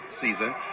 season